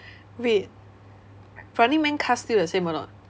wait running man cast still the same or not